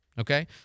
Okay